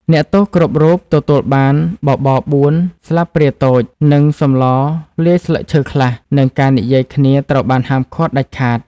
អ្នកទោសគ្រប់រូបទទួលបាន បបរបួនស្លាបព្រាតូច និងសម្លលាយស្លឹកឈើខ្លះ និងការនិយាយគ្នាត្រូវបានហាមឃាត់ ដាច់ខាត ។